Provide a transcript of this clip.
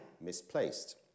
misplaced